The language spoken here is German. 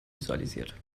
visualisiert